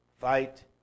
fight